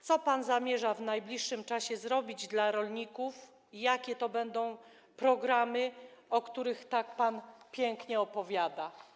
Co pan zamierza w najbliższym czasie zrobić dla rolników i jakie to będą programy, o których pan tak pięknie opowiada?